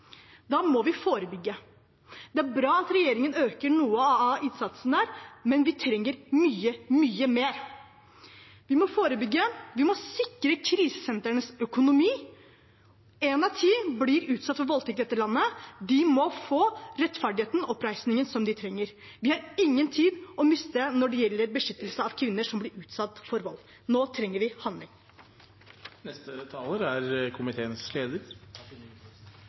Da må vi forebygge. Det er bra at regjeringen øker noe av innsatsen der, men vi trenger mye, mye mer. Vi må forebygge. Vi må sikre krisesentrenes økonomi. Én av ti blir utsatt for voldtekt i dette landet. De må få den rettferdigheten og oppreisningen som de trenger. Vi har ingen tid å miste når det gjelder beskyttelse av kvinner som blir utsatt for vold. Nå trenger vi handling.